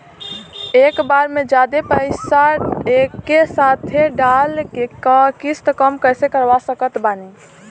एके बार मे जादे पईसा एके साथे डाल के किश्त कम कैसे करवा सकत बानी?